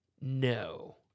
No